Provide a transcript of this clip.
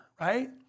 right